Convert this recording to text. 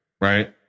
right